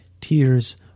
tears